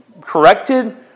corrected